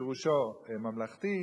שפירושו ממלכתי,